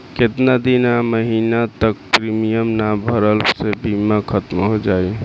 केतना दिन या महीना तक प्रीमियम ना भरला से बीमा ख़तम हो जायी?